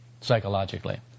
psychologically